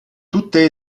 tutte